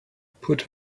pulled